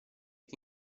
che